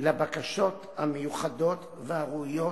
לבקשות המיוחדות והראויות"